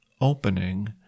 opening